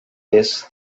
vez